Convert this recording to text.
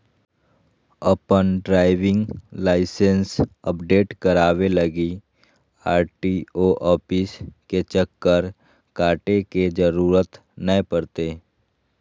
अपन driving license update कराबे लगी आर.टी.ओ ऑफिस के चक्कर काटे के जरूरत नै पड़तैय